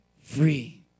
free